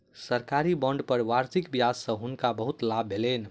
सरकारी बांड पर वार्षिक ब्याज सॅ हुनका बहुत लाभ भेलैन